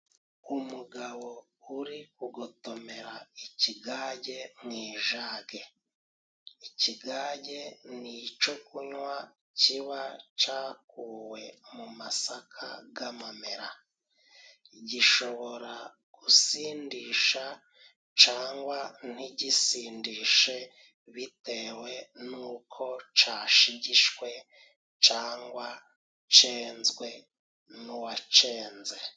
Umugabo uri kugotomera icigage mu ijage. Icigage ni ico kunywa kiba cakuwe mu masaka g'amamera. Gishobora gusindisha cangwa ntigisindishe bitewe nuko cashigishwe cangwa cenzwe n'uwacenze.